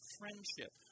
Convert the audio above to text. friendship